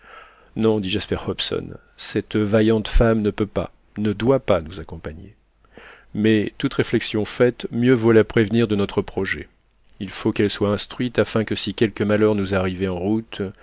non dit jasper hobson cette vaillante femme ne peut pas ne doit pas nous accompagner mais toute réflexion faite mieux vaut la prévenir de notre projet il faut qu'elle soit instruite afin que si quelque malheur nous arrivait en route